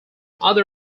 other